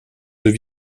deux